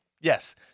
Yes